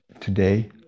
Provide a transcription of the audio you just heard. today